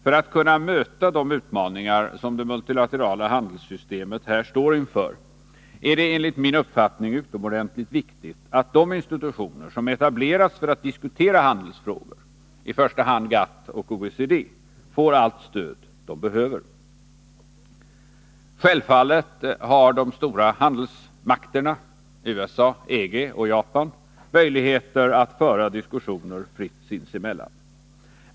För att kunna möta de utmaningar som det multilaterala handelssystemet här står inför är det enligt min uppfattning utomordentligt viktigt att de institutioner som etablerats för att diskutera handelsfrågor, i första hand GATT och OECD, får allt stöd de behöver. Självfallet har de stora handelsmakterna — USA, EG och Japan — möjligheter att fritt föra diskussioner sinsemellan.